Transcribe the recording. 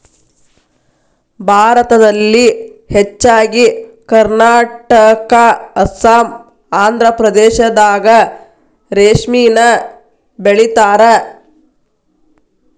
ಭಾರತದಲ್ಲಿ ಹೆಚ್ಚಾಗಿ ಕರ್ನಾಟಕಾ ಅಸ್ಸಾಂ ಆಂದ್ರಪ್ರದೇಶದಾಗ ರೇಶ್ಮಿನ ಬೆಳಿತಾರ